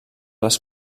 les